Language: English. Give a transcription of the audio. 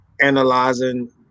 analyzing